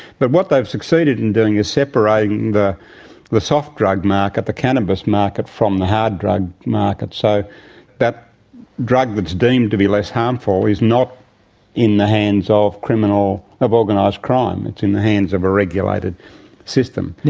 but what they've succeeded in doing is separating the the soft drug market, the cannabis market, from the hard drug market. so that drug that's deemed to be less harmful is not in the hands of criminal. of organised crime, it's in the hands of a regulated system.